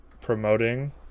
promoting